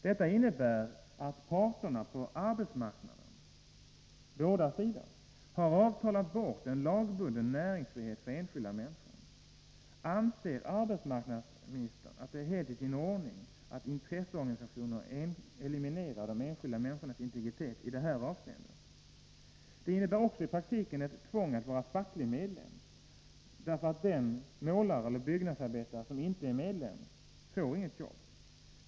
Detta innebär att parterna på arbetsmarknaden — på båda sidor — har avtalat bort en lagbunden näringsfrihet för enskilda människor. Anser arbetsmarknadsministern att det är helt i sin ordning att intresseorganisationer eliminerar de enskilda människornas integritet i det här avseendet? Det innebär också i praktiken ett tvång för varje anställd att vara facklig medlem, därför att den målare eller byggnadsarbetare som inte är medlem får inget jobb.